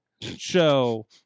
show